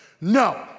No